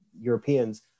Europeans